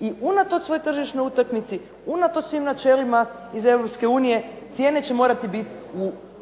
I unatoč svojoj tržišnoj utakmici, unatoč svim načelima iz Europske unije cijene će morati biti u onom